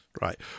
Right